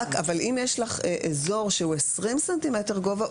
אבל אם יש לך אזור שהוא 20 סנטימטרים גובה,